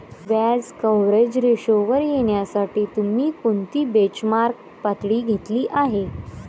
व्याज कव्हरेज रेशोवर येण्यासाठी तुम्ही कोणती बेंचमार्क पातळी घेतली आहे?